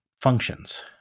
functions